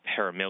paramilitary